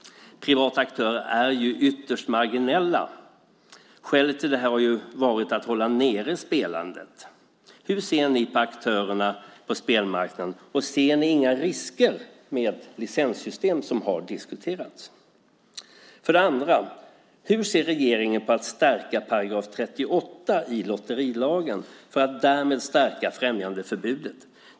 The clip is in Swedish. Privata aktörer är ytterst marginella. Skälet till det har varit att hålla nere spelandet. För det första: Hur ser ni på aktörerna på spelmarknaden? Ser ni inte risker med licenssystem som har diskuterats? För det andra: Hur ser regeringen på att stärka 38 § i lotterilagen för att därmed stärka främjandeförbudet?